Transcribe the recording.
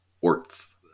orth